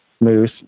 moose